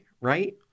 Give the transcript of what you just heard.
right